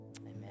Amen